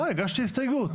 הגשתי הסתייגות.